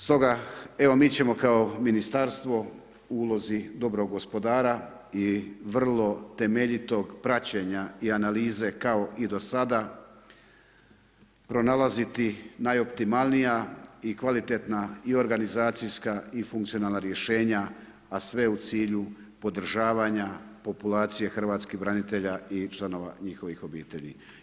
Stoga, evo mi ćemo kao ministarstvo u ulozi dobrog gospodara i vrlo temeljitog praćenja i analize kao i do sada pronalaziti najoptimalnija i kvalitetna i organizacijska i funkcionalna rješenja a sve u cilju podržavanja populacije hrvatskih branitelja i članova njihovih obitelji.